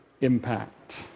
impact